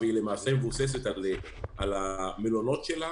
והיא למעשה מבוססת על המלונות שלה